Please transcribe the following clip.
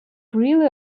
really